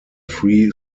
free